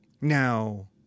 Now